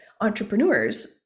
entrepreneurs